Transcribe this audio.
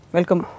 Welcome